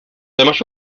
demás